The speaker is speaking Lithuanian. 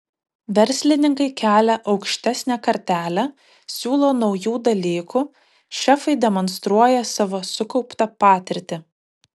verslininkai kelia aukštesnę kartelę siūlo naujų dalykų šefai demonstruoja savo sukauptą patirtį